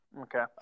Okay